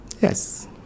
Yes